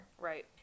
Right